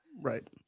Right